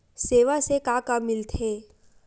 सेवा से का का मिलथे?